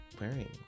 wearing